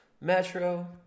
Metro